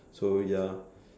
so ya